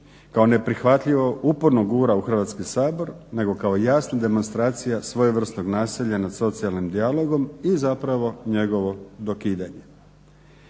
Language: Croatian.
kao neprihvatljivo uporno gura u Hrvatski sabor nego kao jasna demonstracija svojevrsnog nasilja nad socijalnim dijalogom i zapravo njegovo dokidanje.